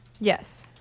Yes